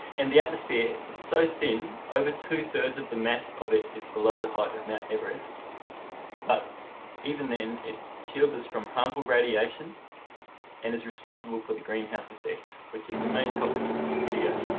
and the atmosphere it's so thin over two-thirds of the mass of it is below the height of mount everest but even then it shields us from harmful radiation and is responsible for the greenhouse effect which is the main topic of this video